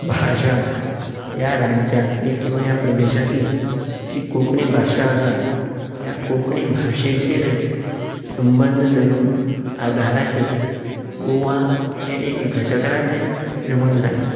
भाशा ह्या राज्यांतली किंवां ह्या प्रदेशांतली जी कोंकणी भाशा आसा ह्या कोंकणी भाशेचेरच संबंद धरून आदाराचेर गोवा हे एक घटक राज्य निर्माण जाले